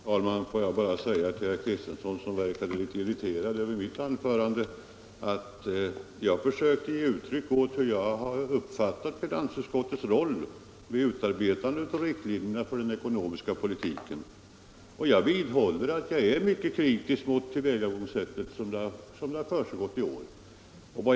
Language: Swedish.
Fru talman! Får jag bara säga till herr Kristiansson, som verkade litet irriterad över mitt anförande, att jag försökte ge uttryck åt hur jag har uppfattat finansutskottets roll vid utarbetandet av riktlinjerna för den ekonomiska politiken, och jag vidhåller att jag är mycket kritisk mot tillvägagångssättet i år.